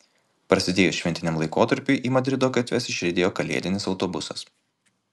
prasidėjus šventiniam laikotarpiui į madrido gatves išriedėjo kalėdinis autobusas